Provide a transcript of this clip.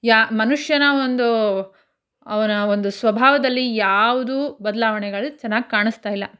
ಯಾವ ಮನುಷ್ಯನ ಒಂದು ಅವನ ಒಂದು ಸ್ವಭಾವದಲ್ಲಿ ಯಾವುದೂ ಬದಲಾವಣೆಗಳು ಚೆನ್ನಾಗಿ ಕಾಣಿಸ್ತಾಯಿಲ್ಲ